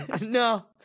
No